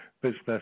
business